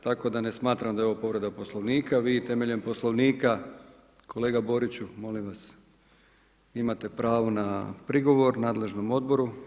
Tako da ne smatram da je ovo povreda Poslovnika, vi temeljem Poslovnika, kolega Boriću, molim vas, imate pravo na prigovor nadležnom odboru.